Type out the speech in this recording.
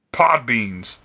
Podbean's